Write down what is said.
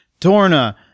Dorna